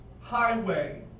highway